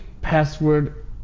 password